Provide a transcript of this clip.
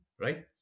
right